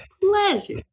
pleasure